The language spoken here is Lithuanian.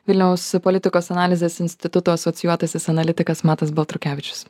vilniaus politikos analizės instituto asocijuotasis analitikas matas baltrukevičius